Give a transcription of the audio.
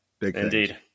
Indeed